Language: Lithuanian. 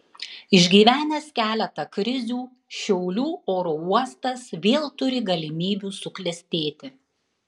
išgyvenęs keletą krizių šiaulių oro uostas vėl turi galimybių suklestėti